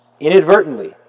inadvertently